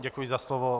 Děkuji za slovo.